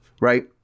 right